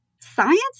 Science